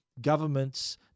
governments